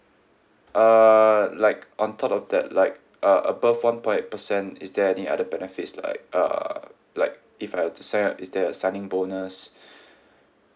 uh like on top of that like uh above one point eight percent is there any other benefits like uh like if I were to sign up is there a signing bonus